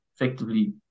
effectively